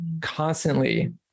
constantly